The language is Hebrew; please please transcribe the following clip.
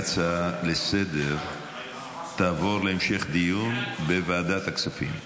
ההצעה לסדר תעבור להמשך דיון בוועדת הכספים.